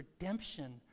redemption